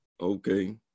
Okay